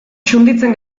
txunditzen